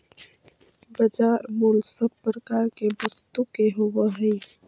बाजार मूल्य सब प्रकार के वस्तु के होवऽ हइ